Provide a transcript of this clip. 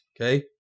okay